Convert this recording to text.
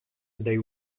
they